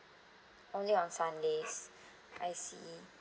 only on sundays I see